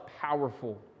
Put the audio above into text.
powerful